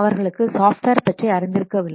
அவர்களுக்கு சாஃப்ட்வேர் பற்றி அறிந்திருக்கவில்லை